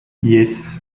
yes